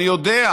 אני יודע,